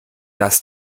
dass